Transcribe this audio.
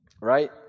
right